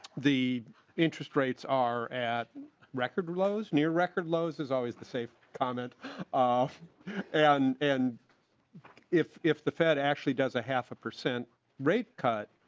the interest rates are at record lows near record lows is always the safe comment aaf and. and if if the fed actually does a half a percent rate cut.